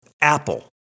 Apple